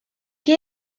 que